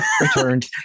Returned